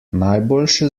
najboljše